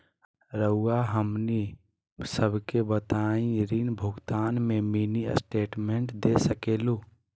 रहुआ हमनी सबके बताइं ऋण भुगतान में मिनी स्टेटमेंट दे सकेलू?